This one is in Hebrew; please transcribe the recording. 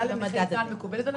ההצמדה לנכי צה"ל מקובלת עליכם?